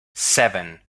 seven